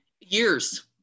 Years